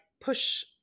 push –